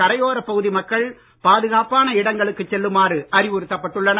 கரையோரப் பகுதி மக்கள் பாதுகாப்பான இடங்களுக்குச் செல்லுமாறு அறிவுறுத்தப் பட்டுள்ளனர்